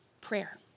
Prayer